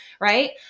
right